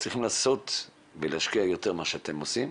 צריכים לעשות ולהשקיע יותר ממה שאתם עושים,